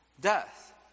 Death